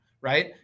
right